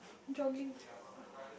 jogging